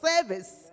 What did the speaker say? service